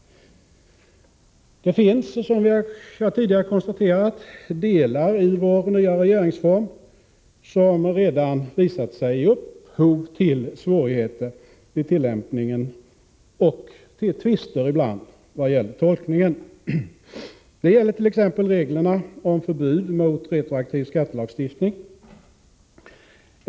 Det finns, som jag tidigare konstaterat, delar av vår nya regeringsform som redan visat sig ge upphov till svårigheter vid tillämpningen, och ibland till tvister vid tolkningen. Det gäller t.ex. reglerna om förbud mot retroaktiv skattelagstiftning.